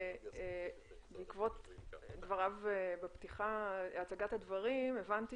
בעקבות דבריו בפתיחה, הצגת הדברים, הבנתי